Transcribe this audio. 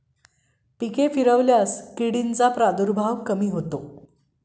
पिके फिरवल्यास किडींचा संग्रह कमी होतो